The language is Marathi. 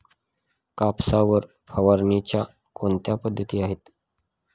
कापसावर फवारणीच्या कोणत्या पद्धती आहेत?